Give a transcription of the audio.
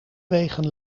wegen